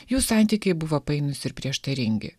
jų santykiai buvo painūs ir prieštaringi